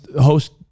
host